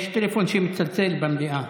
יש טלפון שמצלצל במליאה.